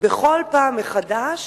בכל פעם מחדש